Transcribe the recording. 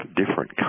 different